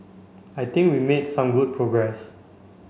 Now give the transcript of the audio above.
I think we made some good progress